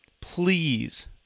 Please